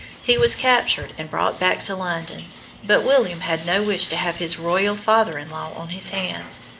he was captured and brought back to london but william had no wish to have his royal father-in-law on his hands,